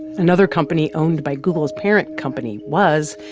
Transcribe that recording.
another company owned by google's parent company was,